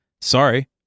sorry